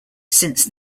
since